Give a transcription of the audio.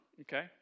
okay